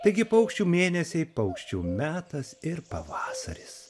taigi paukščių mėnesiai paukščių metas ir pavasaris